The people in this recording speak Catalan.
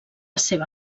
seva